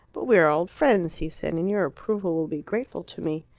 but we are old friends, he said, and your approval will be grateful to me.